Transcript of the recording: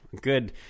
good